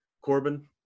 Corbin